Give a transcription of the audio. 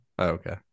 Okay